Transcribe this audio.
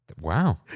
Wow